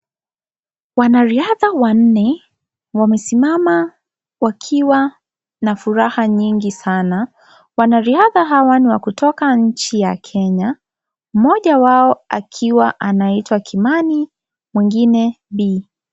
Wanariadha wanne wamesimama wakiwa na furaha nyingi sana. Wanariadha hawa ni wa kutoka nchi ya Kenya, mmoja wao akiwa anaitwa Kimani mwingine Bii